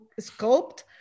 sculpt